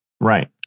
Right